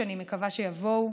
שאני מקווה שיבואו,